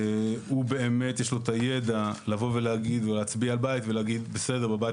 באמת יש לו את הידע לבוא ולהצביע על בית ולהגיד: בסדר,